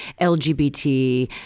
LGBT